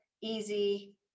easy